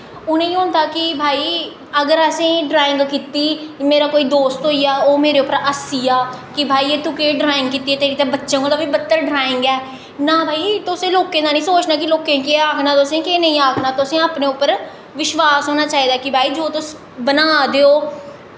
उ'नें होंदा कि भाई अगर असें ड्राईंग कीती मेरा कोई दोस्त होई गेआ ओह् मेरे पर हस्सिया कि भाई तूं एह् केह् ड्राईंग कीती ऐ तेरी ते एह् बच्चें कोला बा बत्तर ड्राईंग ऐ नां भाई तुसें लोकें दा निं सोचना लोकें केह् आखना तुसेंगी केह् नेईं आखना तुसेंगी अपने पर विश्वास होना चाहिदा कि जो तुस बना दे ओ